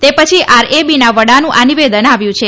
તે પછી આરએબીના વડાનું આ નિવેદન આવ્યું છે